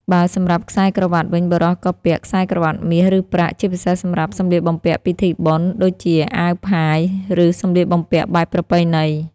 បើសម្រាប់ខ្សែក្រវាត់វិញបុរសក៏ពាក់ ខ្សែក្រវាត់មាស ឬប្រាក់ ជាពិសេសសម្រាប់ សម្លៀកបំពាក់ពិធីបុណ្យ ដូចជាអាវផាយ ឬសម្លៀកបំពាក់បែបប្រពៃណី។